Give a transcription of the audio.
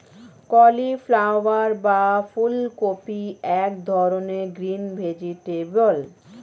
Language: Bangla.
কলিফ্লাওয়ার বা ফুলকপি এক ধরনের গ্রিন ভেজিটেবল